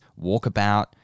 Walkabout